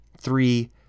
three